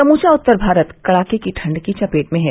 समूवा उत्तर भारत कड़ाके की ठंड की चपेट में है